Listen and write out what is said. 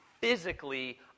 physically